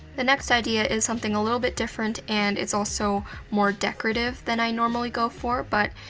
the next idea is something a little bit different, and it's also more decorative than i normally go for. but,